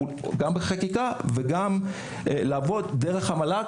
הכול צריך להיות גם בחקיקה וגם לעבוד דרך המל"ג,